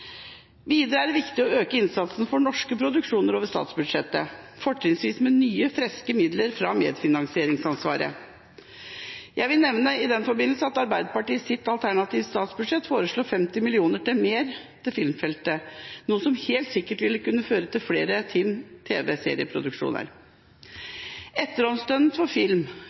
Videre er det viktig å øke innsatsen for norske produksjoner over statsbudsjettet, fortrinnsvis med nye, friske midler fra medfinansieringsansvaret. Jeg vil i den forbindelse nevne at Arbeiderpartiet i sitt alternative statsbudsjett foreslår 50 mill. kr mer til filmfeltet, noe som helt sikkert ville kunne føre til flere tv-serieproduksjoner. Etterhåndsstøtten for film